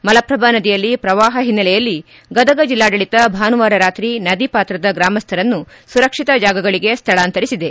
ಮಲಪ್ರಭಾ ನದಿಯಲ್ಲಿ ಪ್ರವಾಹ ಹಿನ್ನೆಲೆಯಲ್ಲಿ ಗದಗ ಜಿಲ್ಲಾಡಳಿತ ಭಾನುವಾರ ರಾತ್ರಿ ನದಿ ಪಾತ್ರದ ಗ್ರಾಮಸ್ಠರನ್ನು ಸುರಕ್ಷಿತ ಜಾಗಗಳಗೆ ಸ್ಥಳಾಂತರಿಸಿದೆ